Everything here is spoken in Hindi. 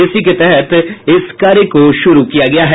इसी के तहत इस कार्य को शुरू किया गया है